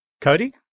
Cody